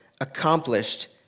accomplished